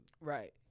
right